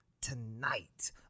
tonight